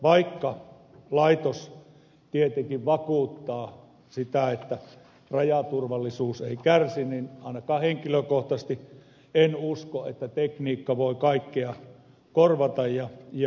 vaikka laitos tietenkin vakuuttaa sitä että rajaturvallisuus ei kärsi niin ainakaan henkilökohtaisesti en usko että tekniikka voi kaikkea korvata ja